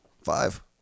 Five